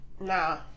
Nah